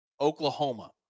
Oklahoma